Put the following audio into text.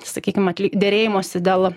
sakykim atli derėjimosi dėl